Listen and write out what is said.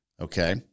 Okay